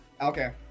okay